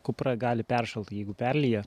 kupra gali peršalti jeigu perliję